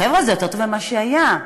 חבר'ה, זה יותר טוב ממה שהיה.